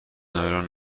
نایلون